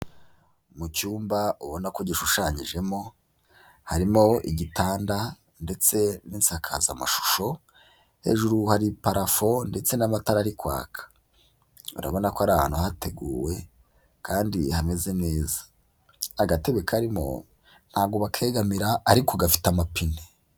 Mu cyumba ubona ko gishushanyijemo, harimo igitanda ndetse n'insakazamashusho, hejuru hari parafo ndetse n'amatara ari kwaka. Urabona ko ari ahantu hateguwe kandi hameze neza. Agatebe karimo ntabwo bakegamira ariko gafite amapine.